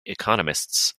economists